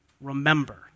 remember